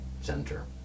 center